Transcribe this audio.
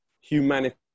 humanity